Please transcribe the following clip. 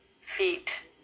feet